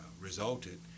resulted